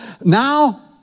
now